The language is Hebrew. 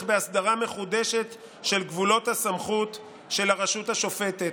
בהסדרה מחודשת של גבולות הסמכות של הרשות השופטת".